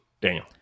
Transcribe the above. Daniel